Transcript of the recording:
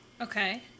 Okay